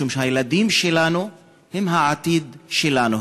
משום שהילדים שלנו הם העתיד שלנו.